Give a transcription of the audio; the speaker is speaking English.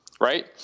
Right